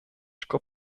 sco